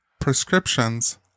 prescriptions